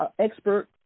expert